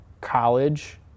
college